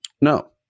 no